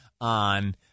on